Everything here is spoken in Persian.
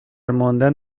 ماندن